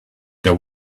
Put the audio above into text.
there